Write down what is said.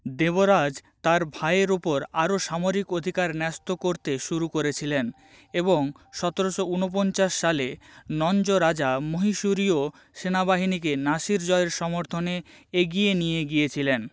দেবরাজ তার ভাইয়ের ওপর আরও সামরিক অধিকার ন্যস্ত করতে শুরু করেছিলেন এবং সতেরোশো উনপঞ্চাশ সালে নঞ্জরাজা মহীশুরীয় সেনাবাহিনীকে নাসির জয়ের সমর্থনে এগিয়ে নিয়ে গিয়েছিলেন